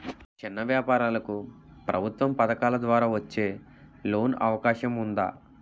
చిన్న వ్యాపారాలకు ప్రభుత్వం పథకాల ద్వారా వచ్చే లోన్ అవకాశం ఉందా?